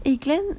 eh glen